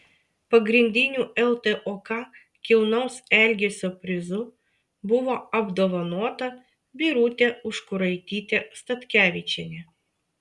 pagrindiniu ltok kilnaus elgesio prizu buvo apdovanota birutė užkuraitytė statkevičienė